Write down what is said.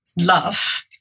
love